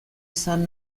izan